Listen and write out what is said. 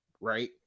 right